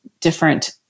different